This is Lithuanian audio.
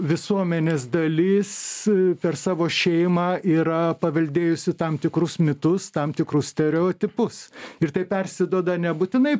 visuomenės dalis per savo šeimą yra paveldėjusi tam tikrus mitus tam tikrus stereotipus ir tai persiduoda nebūtinai